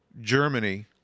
Germany